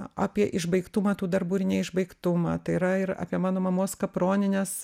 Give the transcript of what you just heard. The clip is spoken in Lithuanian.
apie išbaigtumą tų darbų ir neišbaigtumą tai yra ir apie mano mamos kapronines